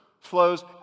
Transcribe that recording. flows